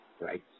right